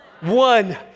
one